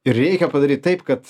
reikia padaryt taip kad